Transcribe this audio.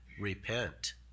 Repent